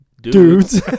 dudes